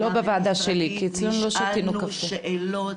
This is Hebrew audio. נשאלנו שאלות,